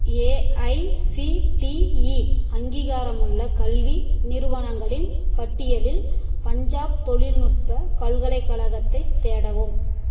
AICTE அங்கீகாரமுள்ள கல்வி நிறுவனங்களின் பட்டியலில் பஞ்சாப் தொழில்நுட்ப பல்கலைக்கழகத்தைத் தேடவும்